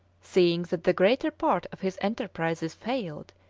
seeing that the greater part of his enterprises failed,